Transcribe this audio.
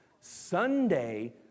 Sunday